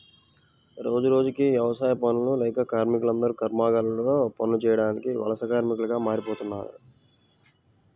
రోజురోజుకీ యవసాయ పనులు లేక కార్మికులందరూ కర్మాగారాల్లో పనులు చేయడానికి వలస కార్మికులుగా మారిపోతన్నారు